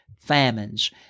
famines